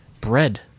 bread